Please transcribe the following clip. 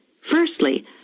Firstly